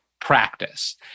practice